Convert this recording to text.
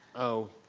oh.